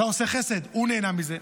אתה עושה חסד, הוא נהנה מזה.